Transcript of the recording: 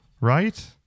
Right